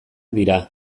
dira